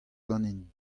ganin